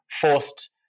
forced